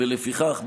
ולפיכך,